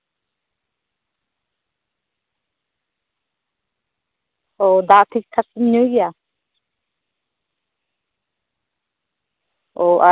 ᱚ ᱫᱟᱜ ᱴᱷᱤᱠᱼᱴᱷᱟᱠᱮᱢ ᱧᱩᱭ ᱜᱮᱭᱟ